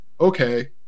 okay